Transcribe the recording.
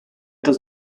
does